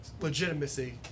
legitimacy